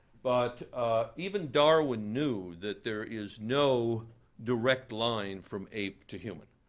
but even darwin knew that there is no direct line from ape to human,